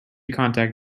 contact